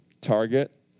Target